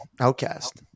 Outcast